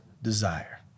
desire